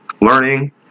learning